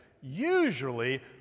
usually